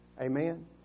Amen